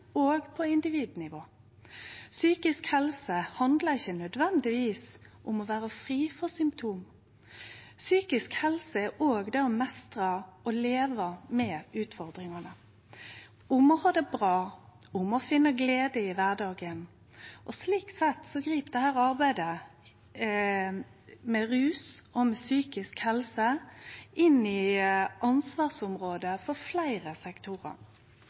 og på individnivå. Psykisk helse handlar ikkje nødvendigvis om å vere fri for symptom. Psykisk helse er òg det å meistre å leve med utfordringane, om å ha det bra, og om å finne glede i kvardagen. Slik sett grip arbeidet med rus og psykisk helse inn i ansvarsområdet for fleire sektorar.